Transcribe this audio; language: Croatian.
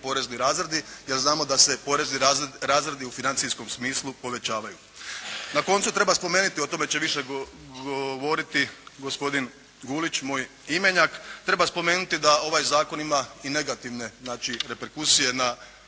porezni razredi jer znamo da se porezni razredi u financijskom smislu povećavaju. Na koncu treba spomenuti, o tome će više govoriti gospodin Gulić moj imenjak, treba spomenuti da ovaj zakon ima i negativne znači reperkusije na